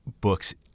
books